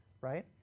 right